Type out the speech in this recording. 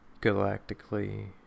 galactically